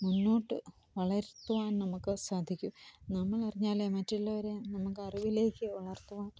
മുന്നോട്ടു വളർത്തുവാൻ നമുക്ക് സാധിക്കു നമ്മളറിഞ്ഞാലെ മറ്റുള്ളവരെ നമുക്ക് അറിവിലേക്ക് വളർത്തുവാൻ